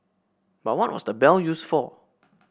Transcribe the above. but what was the bell used for